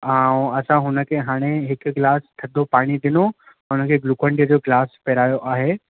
ऐं असां हुन खे हाणे हिकु गिलास थधो पाणी ॾिनो हुन खे ग्लूकॉन डीअ जो गिलास पीआरियो आहे